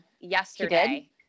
yesterday